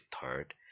third